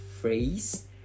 phrase